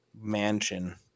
Mansion